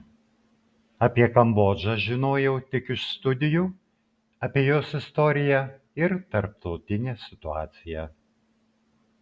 apie kambodžą žinojau tik iš studijų apie jos istoriją ir tarptautinę situaciją